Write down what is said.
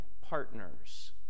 partners